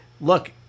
look